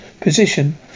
position